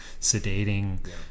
sedating